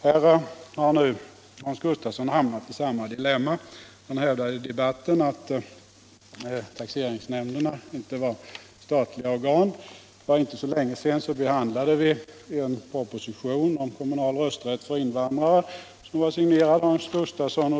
Här har Hans Gustafsson hamnat i samma dilemma. Han hävdar i debatten att taxeringsnämnderna är kommunala organ. För inte så länge sedan behandlade vi en proposition om kommunal rösträtt för invandrare, vilken var signerad Hans Gustafsson.